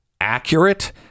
accurate